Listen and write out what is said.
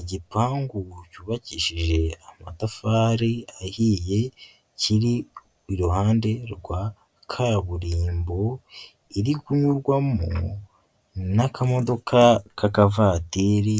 Igipangu cyubakishije amatafari ahiye, kiri iruhande rwa kaburimbo iri kunyurwamo n'akamodoka k'akavatiri